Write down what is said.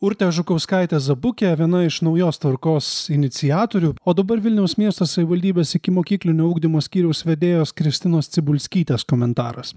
urtė žukauskaitė zabukė viena iš naujos tvarkos iniciatorių o dabar vilniaus miesto savivaldybės ikimokyklinio ugdymo skyriaus vedėjos kristinos cibulskytės komentaras